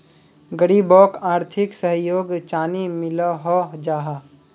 गरीबोक आर्थिक सहयोग चानी मिलोहो जाहा?